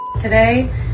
today